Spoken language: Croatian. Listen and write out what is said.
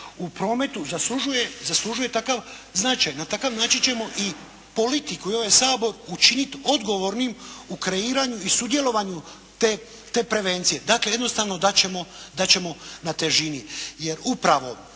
u prometu zaslužuje takav značaj. Na takav način ćemo i politiku i ovaj Sabor učiniti odgovornim u kreiranju i sudjelovanju te prevencije. Dakle, jednostavno dat ćemo na težini.